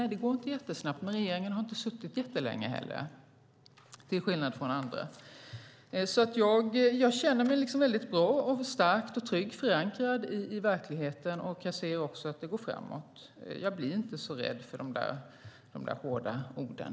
Nej, det går inte jättesnabbt, men regeringen har inte suttit jättelänge - till skillnad från andra regeringar. Jag känner mig starkt och tryggt förankrad i verkligheten, och jag ser att det går framåt. Därför blir jag inte så rädd för de hårda orden.